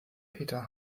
peter